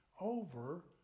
over